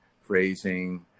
phrasing